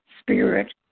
spirit